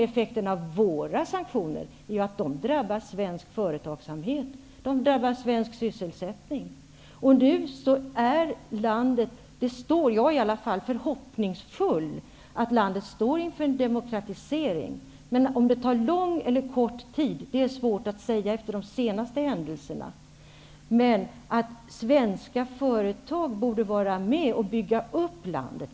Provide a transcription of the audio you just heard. Effekten av våra sanktioner är att de drabbar svensk företagsamhet och svensk sysselsättning. I varje fall jag är nu förhoppningsfull inför möjligheten att landet står inför en demokratisering, men om det tar lång eller kort tid är svårt att säga efter de senaste händelserna. Svenska företag borde vara med och bygga upp landet.